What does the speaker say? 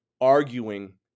arguing